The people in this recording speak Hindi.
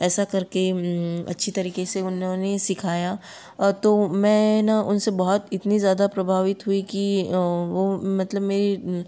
ऐसा कर के अच्छी तरीक़े से उन्होंने सिखाया तो मैं ना उन से बहुत इतनी ज़्यादा प्रभावित हुई कि वो मतलब मेरी